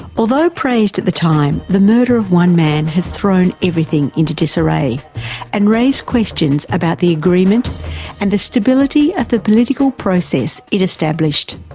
although praised at the time, the murder of one man has thrown everything into disarray and raised questions about the agreement and the stability of the political process it established.